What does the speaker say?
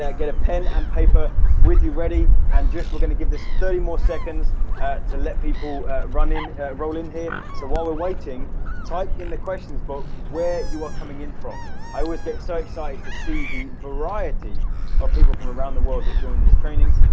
get a pen and paper with you ready and just we're going to give this thirty more seconds to let people run in roll in here so while we're waiting type in the questions box where you are coming in from i always get so excited to see the variety of people from around the world that join these trainings,